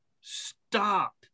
stop